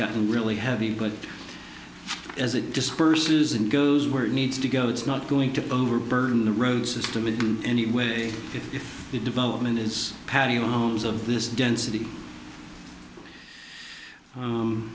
getting really heavy but as it disperses and goes where it needs to go it's not going to overburden the road system in any way if the development is padding on homes of this density